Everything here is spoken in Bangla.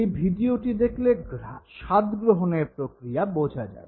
এই ভিডিওটি দেখলে স্বাদগ্রহণের প্রক্রিয়া বোঝা যাবে